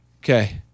Okay